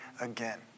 again